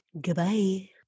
goodbye